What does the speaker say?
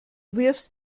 wirfst